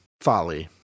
Folly